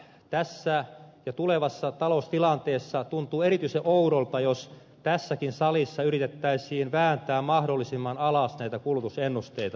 tässä ja tulevassa taloustilanteessa tuntuu erityisen oudolta jos tässäkin salissa yritettäisiin vääntää mahdollisimman alas näitä kulutusennusteita